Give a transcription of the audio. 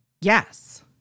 Yes